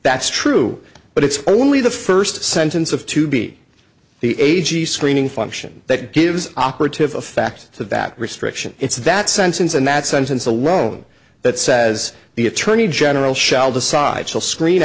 that's true but it's only the first sentence of to be the a g screening function that gives operative effect to that restriction it's that sentence and that sentence alone that says the attorney general shall decide shall screen